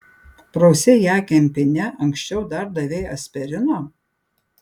prausei ją kempine anksčiau dar davei aspirino